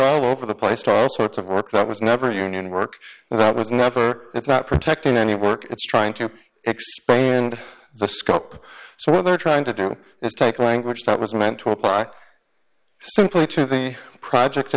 all over the place to all sorts of work that was never union work and that was never it's not protecting any work it's trying to explain the scope so what they're trying to do is take language that was meant to apply simply to the project